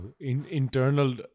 Internal